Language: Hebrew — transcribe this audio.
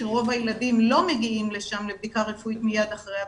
כשרוב הילדים לא מגיעים לבדיקה רפואית מיד אחרי הפגיעה,